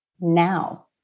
now